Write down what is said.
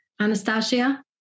Anastasia